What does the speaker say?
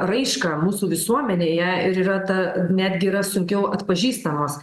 raišką mūsų visuomenėje ir yra ta netgi yra sunkiau atpažįstamos